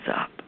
up